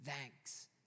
thanks